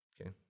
okay